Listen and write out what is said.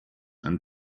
and